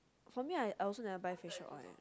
for me I I also never buy facial oil